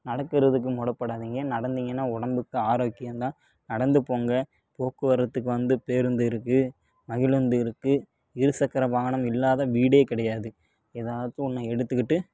நடக்கிறதுக்கு முடப்படாதிங்க நடந்திங்கனா உடம்புக்கு ஆரோக்கியம் தான் நடந்து போங்க போக்குவரத்துக்கு வந்து பேருந்து இருக்குது மகிழுந்து இருக்குது இருசக்கர வாகனம் இல்லாத வீடே கிடையாது ஏதாச்சும் ஒன்றை எடுத்துக்கிட்டு